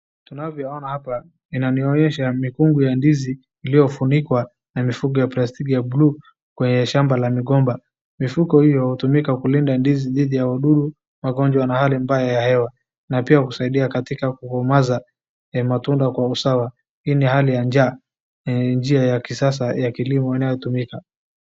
Tunavyoona hapa, inanionyesha mikungu ya ndizi iliyofunikwa na mifuko ya plastiki ya buluu kwa shamba la migomba, mifuko hiyo hutumika kulinda ndizi dhidi ya midudu, magonjwa na hali mbaya ya hewa, na pia kusaidia katika kugomeza matunda kwa usawa, hii ni hali ya njia ya kisasa ya kilimo inayotumika.